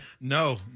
No